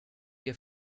your